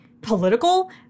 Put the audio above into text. political